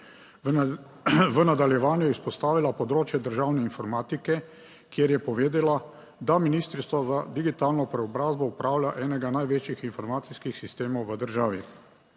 V nadaljevanju je izpostavila področje državne informatike, kjer je povedala, da Ministrstvo za digitalno preobrazbo upravlja enega največjih informacijskih sistemov v državi.